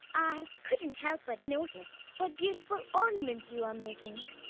i couldn't help but notice what beautiful ornaments you are making.